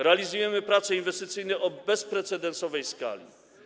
Realizujemy prace inwestycyjne o bezprecedensowej skali.